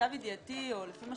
ולמיטב ידיעתי, ולפי מה